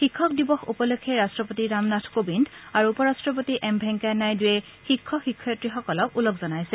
শিক্ষক দিৱস উপলক্ষে ৰাট্টপতি ৰামনাথ কোবিন্দ আৰু উপ ৰট্টপতি এম ভেংকায়া নাইডুৱে শিক্ষক শিক্ষয়িত্ৰীসকলক ওলগ জনাইছে